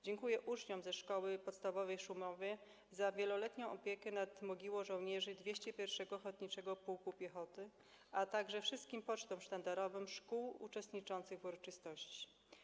Dziękuję uczniom ze szkoły podstawowej w Szumowie za wieloletnią opiekę nad mogiłą żołnierzy 201. Ochotniczego Pułku Piechoty, a także wszystkim pocztom sztandarowym szkół uczestniczących w uroczystości.